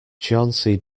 chauncey